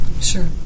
Sure